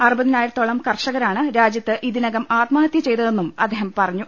അറുപതിനായിരത്തോളം കർഷകരാണ് രാജ്യത്ത് ഇതിനകം ആത്മഹത്യ ചെയ്തതെന്നും അദ്ദേഹം പറഞ്ഞു